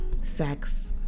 sex